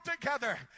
together